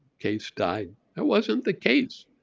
case died. that wasn't the case.